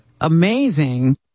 amazing